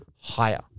higher